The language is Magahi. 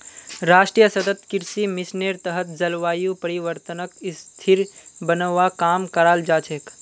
राष्ट्रीय सतत कृषि मिशनेर तहत जलवायु परिवर्तनक स्थिर बनव्वा काम कराल जा छेक